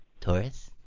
Taurus